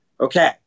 Okay